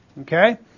okay